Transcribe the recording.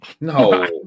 No